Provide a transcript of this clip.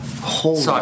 Holy